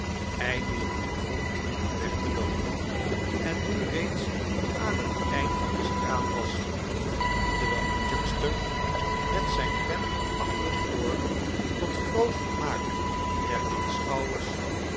eindelijk goedvond om weg te loopen en nu reeds aan het eind van de straat was terwijl ohuckster met zijne pen achter het oor tot groot vermaak der aanschouwers